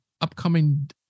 upcoming